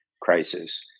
crisis